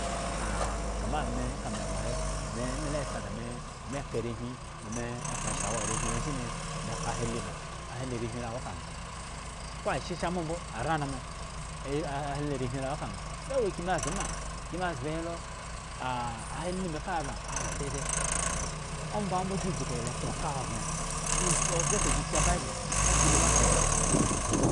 ka ma me eka me wo he me eme la sa dame, memeka arehwin ba me kpo shawa arehwin shiri meka ahahi baŋ ahahi arehi lo awo ka ŋha ko ashe sha mbo mbo aranomo ali ahahi arehilo awo ka ŋha me wo akyin mezbo ma, akyinmeze bohelo ahahi me ka baŋ awo dede ombaŋha gi dzu kahe gi la taoka ahogbren oze ka hegi tsi ababul nga gi lu ma gashi gashi gashi